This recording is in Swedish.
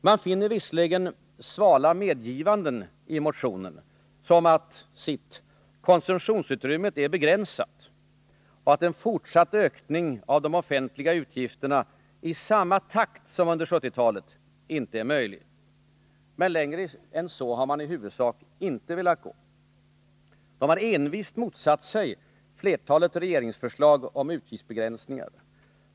Man finner visserligen svala medgivanden i motionen, som att konsumtionsutrymmet är begränsat och att en fortsatt ökning av de offentliga utgifterna ”i samma takt” som under 1970-talet inte är möjlig. Men längre än så har de inte velat gå. De har envist motsatt sig flertalet regeringsförslag om utgiftsbegränsningar.